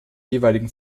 jeweiligen